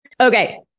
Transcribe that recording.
okay